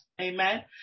Amen